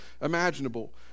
imaginable